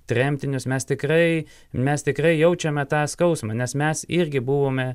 tremtinius mes tikrai mes tikrai jaučiame tą skausmą nes mes irgi buvome